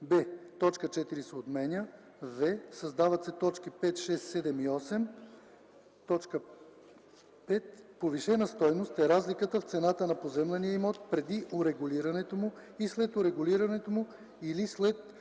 б) точка 4 се отменя; в) създават се т. 5, 6, 7 и 8: „5. „Повишена стойност” е разликата в цената на поземления имот преди урегулирането му и след урегулирането му или след